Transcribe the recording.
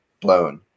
blown